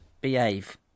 Behave